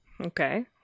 Okay